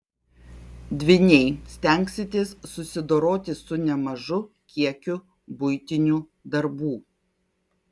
dvyniai stengsitės susidoroti su nemažu kiekiu buitinių darbų